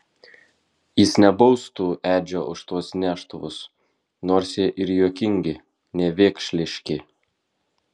jis nebaustų edžio už tuos neštuvus nors jie ir juokingi nevėkšliški